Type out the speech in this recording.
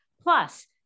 Plus